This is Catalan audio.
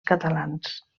catalans